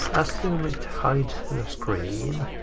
assume it hides the screen.